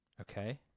Okay